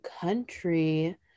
country